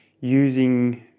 using